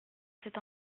cet